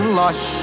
lush